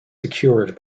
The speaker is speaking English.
secured